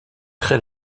très